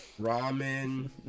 Ramen